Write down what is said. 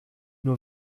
nur